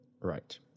Right